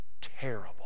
terrible